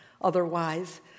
Otherwise